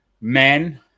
men